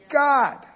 God